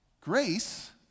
Grace